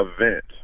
event